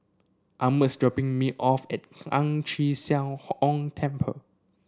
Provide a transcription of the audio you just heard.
is dropping me off at Ang Chee Sia Ong Temple